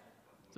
קיש, הוא בדרך.